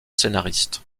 scénariste